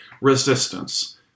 resistance